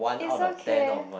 is okay